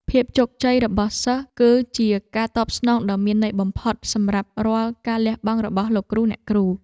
ភាពជោគជ័យរបស់សិស្សគឺជាការតបស្នងដ៏មានន័យបំផុតសម្រាប់រាល់ការលះបង់របស់លោកគ្រូអ្នកគ្រូ។